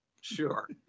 sure